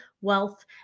wealth